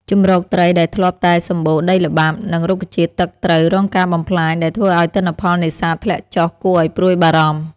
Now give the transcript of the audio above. ជម្រកត្រីដែលធ្លាប់តែសម្បូរដីល្បាប់ និង រុក្ខជាតិទឹកត្រូវរងការបំផ្លាញដែលធ្វើឱ្យទិន្នផលនេសាទធ្លាក់ចុះគួរឱ្យព្រួយបារម្ភ។